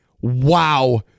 Wow